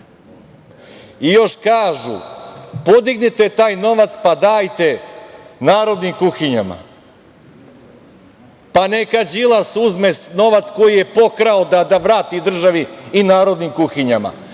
Još kažu - podignite taj novac, pa dajte narodnim kuhinjama. Pa neka Đilas uzme novac koji je pokrao da vrati državi i narodnim kuhinjama.